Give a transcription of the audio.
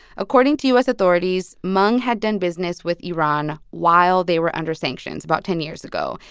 according to u s. authorities, meng had done business with iran while they were under sanctions about ten years ago.